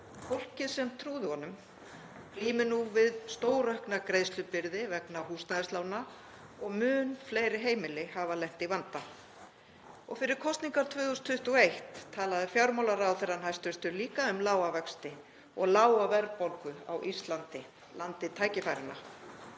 Fólkið sem trúði honum glímir nú við stóraukna greiðslubyrði vegna húsnæðislána og mun fleiri heimili hafa lent í vanda. Fyrir kosningar 2021 talaði hæstv. fjármálaráðherra líka um lága vexti og lága verðbólgu á Íslandi, landi tækifæranna.